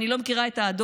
ואני לא מכירה את האדון.